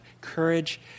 courage